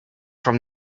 from